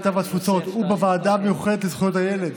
הקליטה והתפוצות ובוועדה המיוחדת לזכויות הילד